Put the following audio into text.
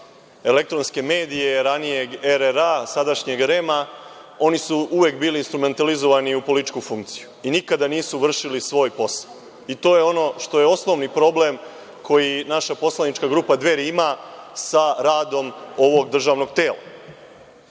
elektronske medije, ranije RRA, sadašnjeg REM-a, oni su uvek bili instrumentalizovani u političku funkciju i nikada nisu vršili svoj posao, i to je ono što je osnovni problem koji naša poslanička grupa Dveri ima sa radom ovog državnog tela.Zašto